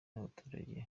n’abaturage